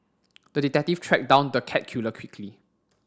the detective tracked down the cat killer quickly